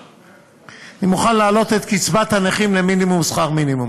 אני מוכן להעלות את קצבת הנכים למינימום שכר מינימום.